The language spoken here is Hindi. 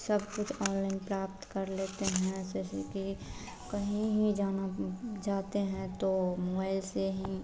सब कुछ ओनलाइन प्राप्त कर लेते हैं इससे कहीं भी जाना जाते हैं तो मोबाइल से ही